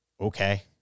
okay